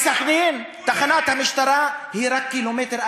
בסח'נין תחנת המשטרה היא רק קילומטר,